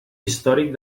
històric